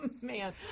man